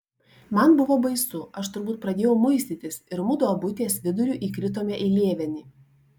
man buvo baisu aš turbūt pradėjau muistytis ir mudu abu ties viduriu įkritome į lėvenį